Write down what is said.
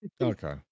Okay